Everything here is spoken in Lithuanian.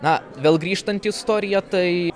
na vėl grįžtant į istoriją tai